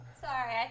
Sorry